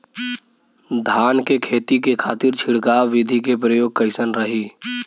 धान के खेती के खातीर छिड़काव विधी के प्रयोग कइसन रही?